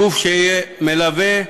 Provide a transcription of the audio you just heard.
גוף שיהיה מלווה,